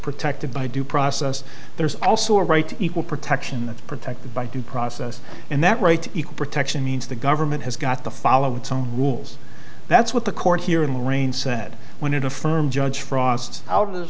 protected by due process there's also a right to equal protection that protected by due process and that right equal protection means the government has got to follow its own rules that's what the court here in the rain said when it affirmed judge frost out